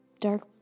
dark